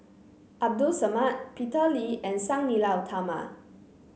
Abdul Samad Peter Lee and Sang Nila Utama